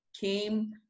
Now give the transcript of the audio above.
came